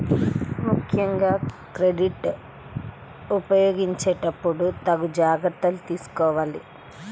ముక్కెంగా క్రెడిట్ ఉపయోగించేటప్పుడు తగు జాగర్తలు తీసుకోవాలి